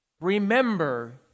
Remember